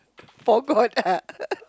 forgot ah